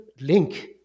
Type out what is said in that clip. link